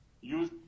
use